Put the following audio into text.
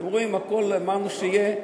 אתם רואים, הכול אמרנו שיהיה.